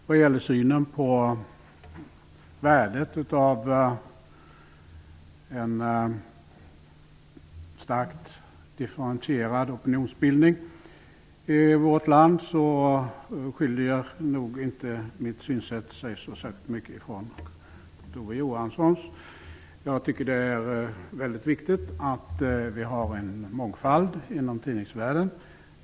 Fru talman! Min syn på värdet av en starkt differentierad opinionsbildning i vårt land skiljer sig nog inte så särskilt mycket från Kurt Ove Johanssons. Jag tycker att det är väldigt viktigt att vi har en mångfald inom tidningsvärlden.